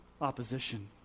opposition